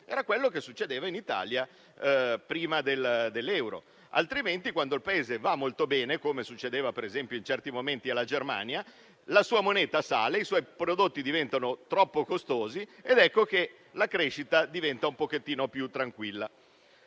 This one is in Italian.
È quello che succedeva in Italia prima dell'euro. Altrimenti, quando l'economia di un Paese va molto bene - come succedeva, per esempio, in certi momenti alla Germania - la sua moneta sale, i suoi prodotti diventano troppo costosi, ed ecco che la crescita diventa un po' più tranquilla.